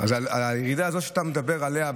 הירידה הזו שאתה מדבר עליה,